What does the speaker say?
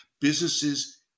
businesses